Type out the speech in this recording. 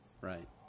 right